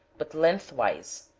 but lengthwise.